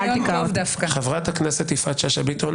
חברת הכנסת שאשא ביטון,